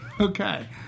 okay